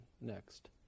next